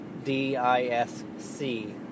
D-I-S-C